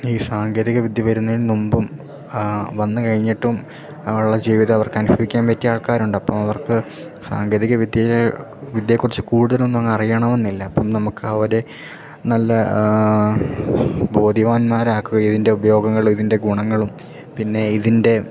ഈ സാങ്കേതിക വിദ്യ വരുന്നതിനു മുമ്പും വന്നു കഴിഞ്ഞിട്ടും ഉള്ള ജീവിതം അവർക്ക് അനുഭവിക്കാൻ പറ്റിയ ആൾക്കാരുണ്ട് അപ്പം അവർക്ക് സാങ്കേതികവിദ്യയെ വിദ്യയെക്കുറിച്ച് കൂടുതലൊന്നും അങ്ങ് അറിയണമെന്നില്ല അപ്പം നമുക്കവരെ നല്ല ബോധ്യവാന്മാരാക്കുകയും ഇതിൻ്റെ ഉപയോഗങ്ങളിതിൻ്റെ ഗുണങ്ങളും പിന്നെ ഇതിൻ്റെ